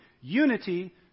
Unity